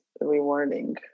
rewarding